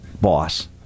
boss